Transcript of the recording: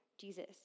Jesus